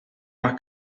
más